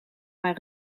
mijn